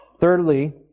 Thirdly